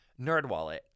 NerdWallet